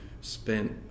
spent